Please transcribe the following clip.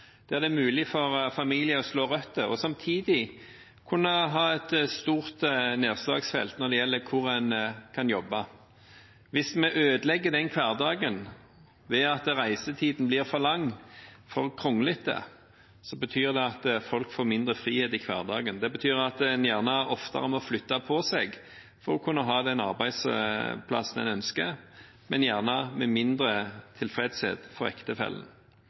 der det er mulig for familier å slå røtter, og samtidig kunne ha et stort nedslagsfelt når det gjelder hvor en kan jobbe. Hvis vi ødelegger den hverdagen ved at reisetiden blir for lang og for kronglete, betyr det at folk får mindre frihet i hverdagen. Det betyr at en oftere må flytte på seg for å kunne ha den arbeidsplassen en ønsker, men gjerne med mindre tilfredshet for ektefellen.